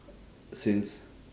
since